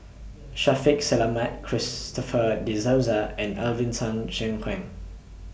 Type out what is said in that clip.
Shaffiq Selamat Christopher De Souza and Alvin Tan Cheong Kheng